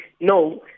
no